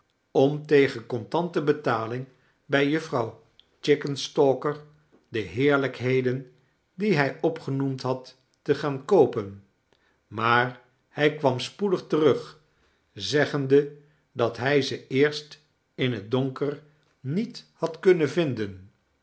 om tegen contante betaling bij juffrouw chickenstalker de heerlijkheden die hij opgenoemd had te gaan koopen maar hij kwam spoedig terug zeggetnde dat hij ze eerst in t donker niet liad kunnen vinden